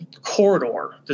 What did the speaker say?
corridor